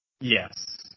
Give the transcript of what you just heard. Yes